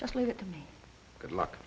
just leave it to me good luck